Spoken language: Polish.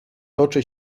toczy